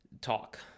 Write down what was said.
talk